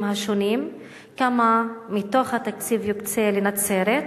השונים וכמה מתוך התקציב יוקצה לנצרת?